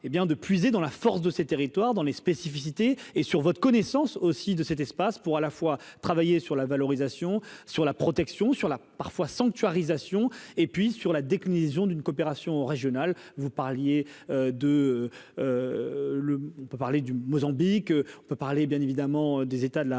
hé bien de puiser dans la force de ces territoires dans les spécificités et sur votre connaissance aussi de cet été. Passe pour à la fois travailler sur la valorisation, sur la protection sur la parfois sanctuarisation et puis sur la définition d'une coopération régionale, vous parliez de le on peut parler du Mozambique, on peut parler bien évidemment des États de la